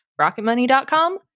Rocketmoney.com